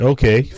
Okay